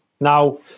Now